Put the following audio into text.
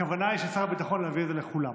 הכוונה של שר הביטחון היא להביא את זה לכולם,